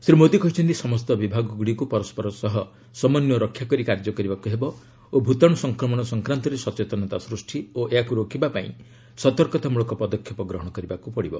ଶ୍ରୀ ମୋଦୀ କହିଛନ୍ତି ସମସ୍ତ ବିଭାଗଗୁଡ଼ିକୁ ପରସ୍କର ସହ ସମନ୍ୟ ରକ୍ଷା କରି କାର୍ଯ୍ୟ କରିବାକୁ ହେବ ଓ ଭୂତାଣୁ ସଂକ୍ରାନ୍ତରେ ସଚେତନତା ସୂଷ୍ଟି ଓ ଏହାକୁ ରୋକିବା ପାଇଁ ସତର୍କତା ମୂଳକ ପଦକ୍ଷେପ ଗ୍ରହଣ କରିବାକୁ ପଡ଼ିବ